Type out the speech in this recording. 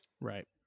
Right